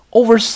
over